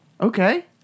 Okay